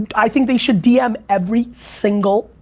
i think they should dm every single,